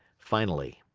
finally,